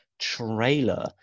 trailer